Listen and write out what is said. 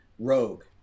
rogue